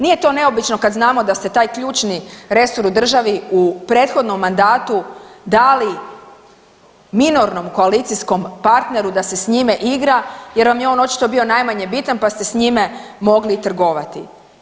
Nije to neobično kad znamo da se taj ključni resor u državi u prethodnom mandatu dali minornom koalicijskom partneru da se s njime igra jer vam je on očito bio najmanje bitan pa ste s njime mogli trgovati.